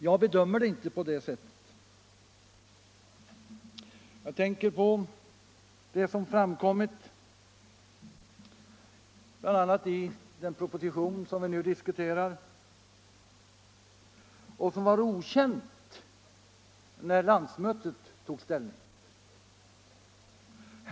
Jag bedömer det inte så. Här föreligger nya fakta, och jag tänker då på vad som framkommit bl.a. i den proposition som vi nu diskuterar, och som var okänt när landsmötet tog ställning.